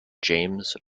james